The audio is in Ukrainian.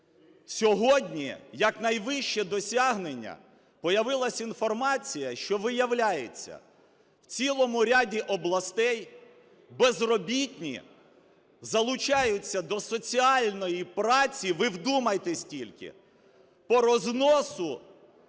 Сьогодні як найвище досягнення появилася інформація, що виявляється, в цілому ряді областей безробітні залучаються до соціальної праці – ви вдумайтесь тільки! – по розносу